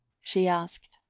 she asked,